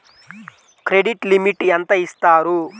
Credit limit ఎంత ఇస్తారు?